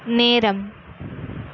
நேரம்